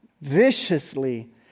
viciously